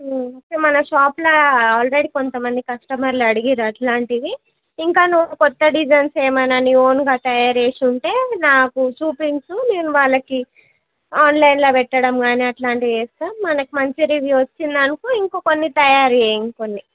మన షాపులో అల్రెడీ కొంతమంది కస్టమర్లు అడిగారు అట్లాంటివి ఇంకా నువ్వు కొత్త డిజైన్స్ ఏమైనా నీ ఓన్గా తయారు చేసుంటే నాకు చూపించు నేను వాళ్ళకి ఆన్లైన్లో పెట్టడం కానీ అట్లాంటివి చేస్తాను మనకి మంచి రివ్యూ వచ్చిందనుకో ఇంకో కొన్ని తయారు చేయి ఇంకొన్ని